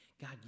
God